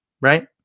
right